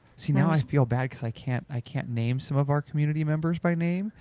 see now i feel bad because i can't i can't name some of our community members by name.